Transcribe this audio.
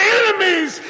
enemies